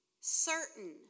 certain